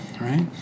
right